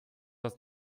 das